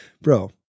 bro